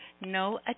no